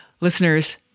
Listeners